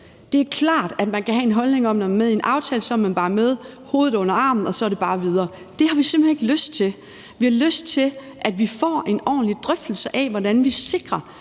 Det er klart, at man kan have en holdning om, at når man er med i en aftale, så er man bare med med hovedet under armen, og så er det bare videre. Det har vi simpelt hen ikke lyst til. Vi har lyst til, at vi får en ordentlig drøftelse af, hvordan vi sikrer,